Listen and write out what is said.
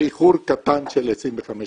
באיחור קטן של 25 שנה.